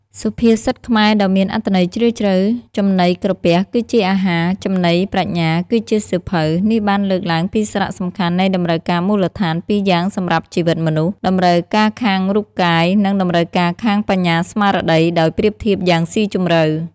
សុភាសិតខ្មែរដ៏មានអត្ថន័យជ្រាលជ្រៅ ចំណីក្រពះគឺជាអាហារ ចំណីប្រាជ្ញាគឺជាសៀវភៅ នេះបានលើកឡើងពីសារៈសំខាន់នៃតម្រូវការមូលដ្ឋានពីរយ៉ាងសម្រាប់ជីវិតមនុស្ស តម្រូវការខាងរូបកាយ និង តម្រូវការខាងបញ្ញាស្មារតី ដោយប្រៀបធៀបយ៉ាងស៊ីជម្រៅ។